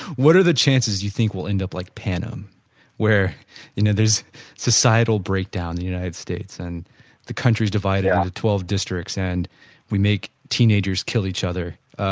what are the chances you think will end up like panem where you know there is societal breakdown in the united states and the country is divided into twelve districts and we make teenagers kill each other.